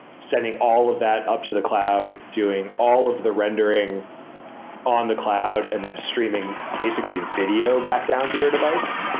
sending all of that up to the cloud, doing all of the rendering on the cloud and then streaming basically a video back down to your device.